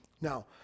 Now